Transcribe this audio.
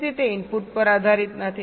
તેથી તે ઇનપુટ પર આધારિત નથી